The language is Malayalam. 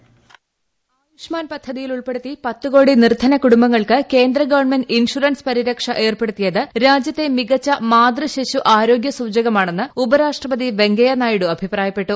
വോയിസ് ആയുഷ്മാൻ പദ്ധതിയിലുൾപ്പെടുത്തി പത്തുകോടി നിർധന കൂടുംബങ്ങൾക്ക് കേന്ദ്ര ഗവൺമെന്റ് ഇൻഷറൻസ് പരിരക്ഷ ഏർപ്പെടു ത്തിയത് രാജ്യത്തെ മികച്ച മാതൃ ശിശു ആരോഗ്യ സൂചകമാണെന്ന് ഉപരാഷ്ട്രപതി വെങ്കയ്യനായിഡു അഭിപ്രായപ്പെട്ടു